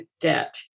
debt